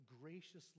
graciously